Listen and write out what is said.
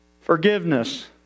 Forgiveness